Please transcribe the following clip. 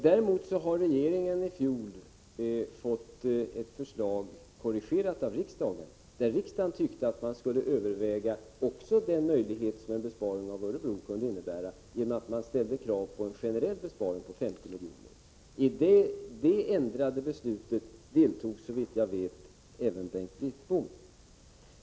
Däremot har regeringen i fjol fått ett av riksdagen korrigerat förslag. Riksdagen tyckte i det sammanhanget att man skulle överväga också den möjlighet som en besparing beträffande Örebro kunde innebära. I förslaget ställdes krav på en generell besparing på 50 miljoner. I beslutet på den punkten deltog såvitt jag vet även Bengt Wittbom.